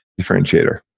differentiator